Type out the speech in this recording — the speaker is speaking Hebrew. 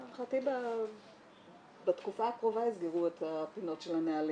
להערכתי בתקופה הקרובה יסגרו את הפינות של הנהלים.